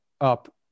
up